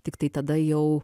tiktai tada jau